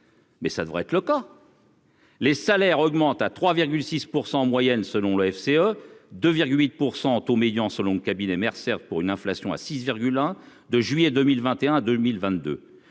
mais ça devrait être le cas. Les salaires augmentent à 3 6 % en moyenne, selon l'OFCE, de 8 % en taux médian, selon le cabinet Mercer, pour une inflation à 6 virgule un de juillet 2021 2022,